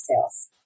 sales